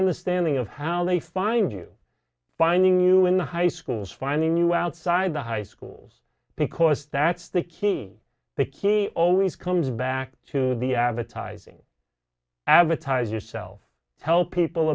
understanding of how they find you finding you in the high schools finding you outside the high schools because that's the key the key always comes back to the advertising advertise yourself help people